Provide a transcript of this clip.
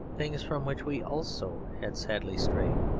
things from which we also had sadly strayed.